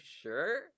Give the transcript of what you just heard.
sure